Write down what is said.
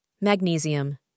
Magnesium